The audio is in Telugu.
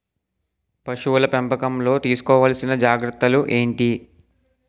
పశువుల పెంపకంలో తీసుకోవల్సిన జాగ్రత్తలు ఏంటి?